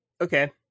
Okay